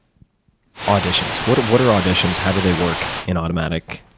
auditions. what are what are auditions, how do they work in automattic?